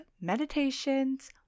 meditations